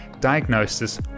diagnosis